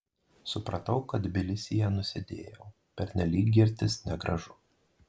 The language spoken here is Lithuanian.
supratau kad tbilisyje nusidėjau pernelyg girtis negražu